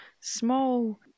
small